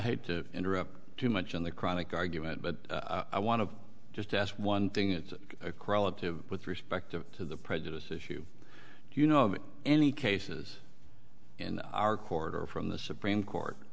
hate to interrupt too much on the chronic argument but i want to just ask one thing it's across with respect to the prejudice issue you know any cases in our court or from the supreme court